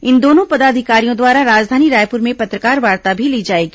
इन दोनों पदाधिकारियों द्वारा राजधानी रायपुर में पत्रकारवार्ता भी ली जाएगी